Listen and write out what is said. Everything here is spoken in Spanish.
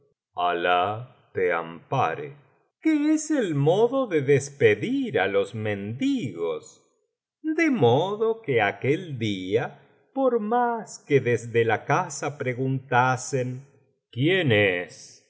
alah te ampare que es el modo ele despedir á los mendigos de modo que aquel día por más que desde la casa preguntasen quién es